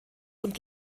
und